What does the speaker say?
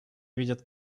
видят